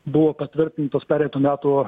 buvo patvirtintos pereitų metų